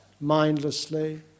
mindlessly